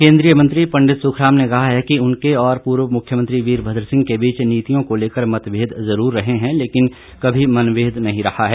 पूर्व केन्द्रीय मंत्री पंडित सुखराम ने कहा है कि उनके और पूर्व मुख्यमंत्री वीरभद्र सिंह के बीच नीतियों को लेकर मतभेद जरूर रहे हैं लेकिन कभी मनभेद नहीं रहा है